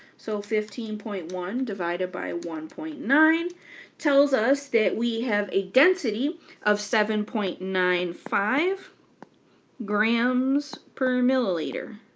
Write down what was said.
so fifteen point one divided by one point nine tells us that we have a density of seven point nine five grams per milliliter.